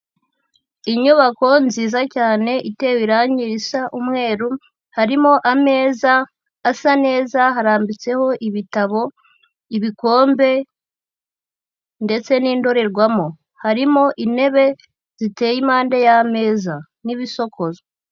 Inyubako nziza cyane itewe irangi risa umweru, harimo ameza asa neza harambitseho ibitabo, ibikombe ndetse n'indorerwamo, harimo intebe ziteye impande y'ameza n'ibisokozo.